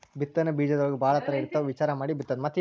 ಬಿತ್ತನೆ ಬೇಜದೊಳಗೂ ಭಾಳ ತರಾ ಇರ್ತಾವ ವಿಚಾರಾ ಮಾಡಿ ಬಿತ್ತುದು